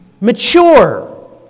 mature